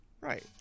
Right